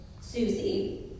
Susie